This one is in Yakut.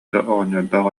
оҕонньордоох